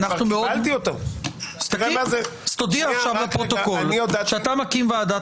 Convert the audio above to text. תודיע עכשיו לפרוטוקול שאתה מקים ועדת